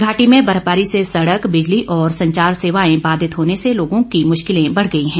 घाटी में बर्फबारी से सड़क बिजली और संचार सेवाएं बाधित होने से लोगों की मुश्किलें बढ़ गई हैं